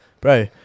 bro